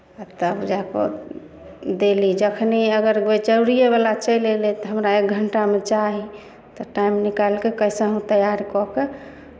तब जा कऽ देली जखने अगर जरूरिएवला चलि अयलै तऽ हमरा एक घण्टामे चाही तऽ टाइम निकालि कऽ कैसहुँ तैयार कऽ कऽ